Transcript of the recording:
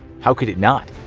how could it not?